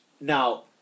Now